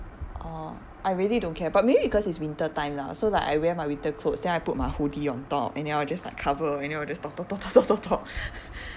oh I really don't care but maybe because it's winter time lah so like I wear my winter clothes then I put my hoodie on top and then I will just like cover and then I will just talk talk talk talk